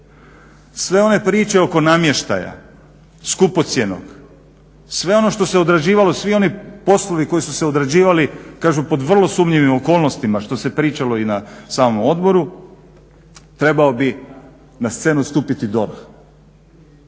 sve one priče oko namještaja skupocjenog, sve ono što se odrađivalo, svi oni poslovi koji su se odrađivali kažem pod vrlo sumnjivim okolnostima što se pričalo i na samom odboru trebao bi na scenu stupiti DORH.